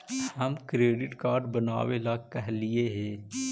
हम credit card बनावे ला कहलिऐ हे?